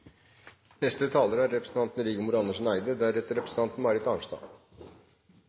neste taler er representanten Michael Tetzschner og deretter representanten